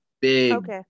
big